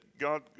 God